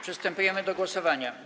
Przystępujemy do głosowania.